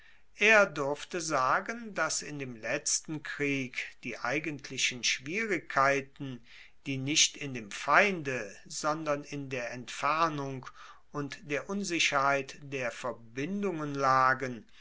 er durfte sagen dass in dem letzten krieg die eigentlichen schwierigkeiten die nicht in dem feinde sondern in der entfernung und der unsicherheit der verbindungen lagen